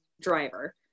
driver